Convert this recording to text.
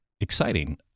exciting